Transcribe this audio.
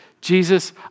Jesus